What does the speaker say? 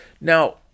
Now